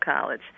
college